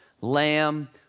Lamb